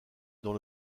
dans